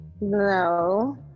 No